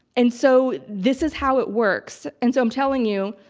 and so this is how it works. and so i'm telling you,